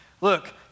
look